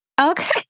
Okay